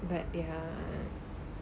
but ya